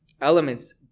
elements